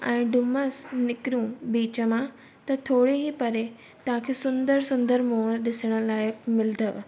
ऐं डुमस निकिरूं बीच मां त थोरी परे ॾाढी सुंदर सुंदर मोर ॾिसण लाइ मिलंदव